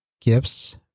gifts